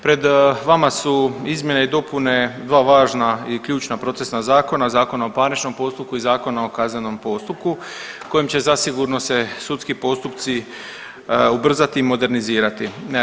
Pred vama su izmjene i dopune dva važna i ključna procesna zakona, Zakon o parničnom postupku i Zakon o kaznenom postupku kojim će zasigurno se sudski postupci ubrzati i modernizirati.